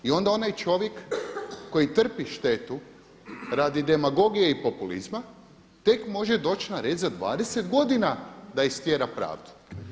I onda onaj čovjek koji trpi štetu radi demagogije i populizma tek može doći na red za 20 godina da istjera pravdu.